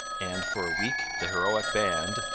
and for a week the heroic band,